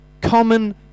common